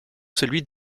celui